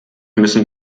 müssen